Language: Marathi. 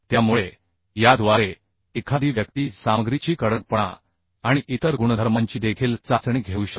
त्यामुळे याद्वारे एखादी व्यक्ती सामग्रीचा हार्डनेस आणि इतर गुणधर्मांची देखील चाचणी घेऊ शकते